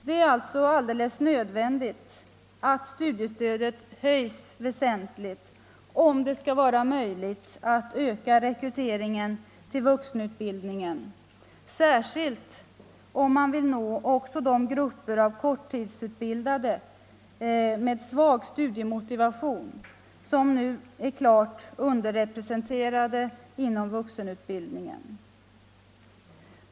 Det är alldeles nödvändigt att studiestödet höjs väsentligt om det skall vara möjligt att öka rekryteringen till vuxenutbildningen, särskilt om man vill nå också de grupper av korttidsutbildade med svag studiemotivation som är klart underrepresenterade inom vuxenutbildningen.